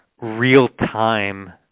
real-time